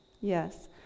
Yes